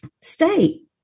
state